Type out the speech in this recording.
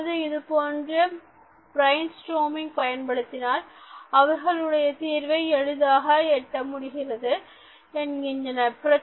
அப்பொழுது இதுபோன்ற பிரைன்ஸ்டாமிங் பயன்படுத்தினால் அவர்களுடைய தீர்வை எளிதாக எட்ட உதவுகிறது என்கின்றனர்